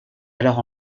alors